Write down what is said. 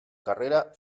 carrera